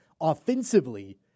offensively